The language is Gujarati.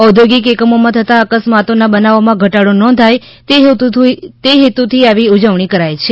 ઔદ્યોગિક એકમોમાં થતાં અકસ્માતોના બનાવોમાં ઘટાડો નોંધાય તે હેતુથી આવી ઉજવણી કરાય છે